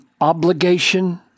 obligation